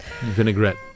vinaigrette